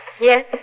Yes